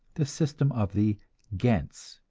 the system of the gens,